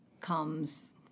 comes